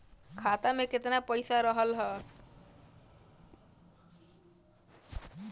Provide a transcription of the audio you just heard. खाता में केतना पइसा रहल ह?